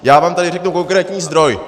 Já vám tady řeknu konkrétní zdroj.